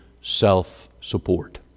self-support